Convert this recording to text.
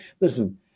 listen